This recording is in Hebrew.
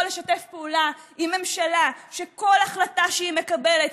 לשתף פעולה עם ממשלה שכל החלטה שהיא מקבלת,